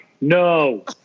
no